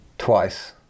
twice